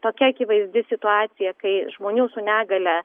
tokia akivaizdi situacija kai žmonių su negalia